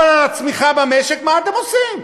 אבל לצמיחה במשק, מה אתם עושים?